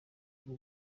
b’u